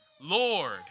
Lord